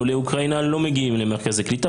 עולי אוקראינה לא מגיעים למרכזי קליטה.